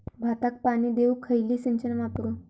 भाताक पाणी देऊक खयली सिंचन वापरू?